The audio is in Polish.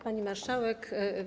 Pani Marszałek!